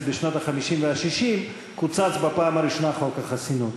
בשנות ה-50 וה-60 קוצץ בפעם הראשונה חוק החסינות.